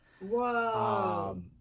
whoa